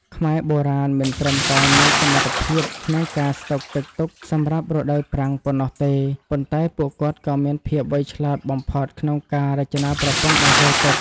ខ្មែរបុរាណមិនត្រឹមតែមានសមត្ថភាពក្នុងការស្ដុកទឹកទុកសម្រាប់រដូវប្រាំងប៉ុណ្ណោះទេ ប៉ុន្តែពួកគាត់ក៏មានភាពវៃឆ្លាតបំផុតក្នុងការរចនាប្រព័ន្ធបង្ហូរទឹក។